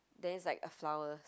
then it's like a flower